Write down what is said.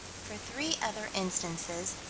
for three other instances,